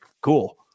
cool